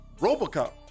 Robocop